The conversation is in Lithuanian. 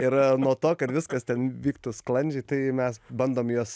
ir nuo to kad viskas ten vyktų sklandžiai tai mes bandom juos